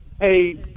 Hey